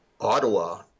Ottawa